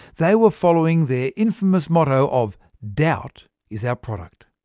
they were following their infamous motto of doubt is our product.